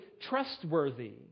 trustworthy